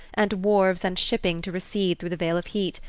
and wharves and shipping to recede through the veil of heat,